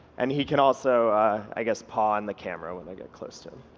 and he can also, i guess, paw in the camera when i get close to